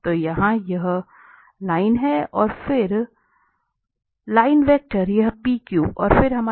तो यह यहाँ लाइन है और फिर लाइन वेक्टर यह PQ और फिर हमारे पास परपेंडिकुलर है जो है